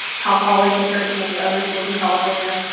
cal poly, compared to many other schools in california,